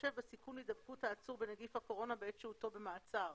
להתחשב בסיכון ההתדבקות בנגיף הקורונה בעת שהותו במעצר.